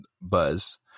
buzz